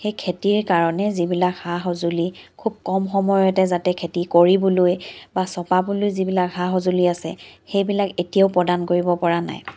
সেই খেতিৰ কাৰণে যিবিলাক সা সঁজুলি খুব কম সময়তে যাতে খেতি কৰিবলৈ বা চপাবলৈ যিবিলাক সা সঁজুলি আছে সেইবিলাক এতিয়াও প্ৰদান কৰিব পৰা নাই